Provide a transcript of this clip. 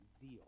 zeal